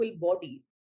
body